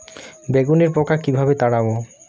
বেগুনের পোকা কিভাবে তাড়াব?